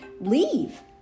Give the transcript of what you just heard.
leave